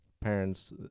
parents